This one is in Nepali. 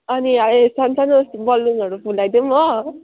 अनि आएर सानो सानो बलुनहरू फुलाइदिउँ हो